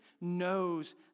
knows